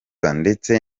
ndetse